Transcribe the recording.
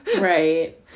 Right